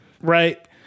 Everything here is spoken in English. Right